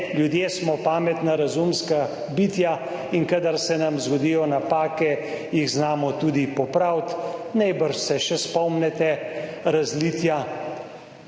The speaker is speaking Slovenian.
ljudje smo pametna, razumska bitja in kadar se nam zgodijo napake, jih znamo tudi popraviti. Najbrž se še spomnite razlitja